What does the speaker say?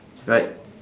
right